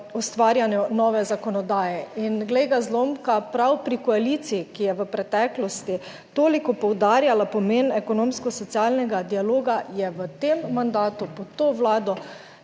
ustvarjanju nove zakonodaje. In glej ga zlomka, prav pri koaliciji, ki je v preteklosti toliko poudarjala pomen ekonomskosocialnega dialoga, je v tem mandatu pod to Vlado